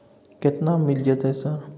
केतना मिल जेतै सर?